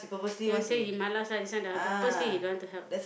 he will say he ma lah this one purposely he don't want help